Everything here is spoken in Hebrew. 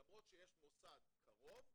למרות שיש מוסד קרוב,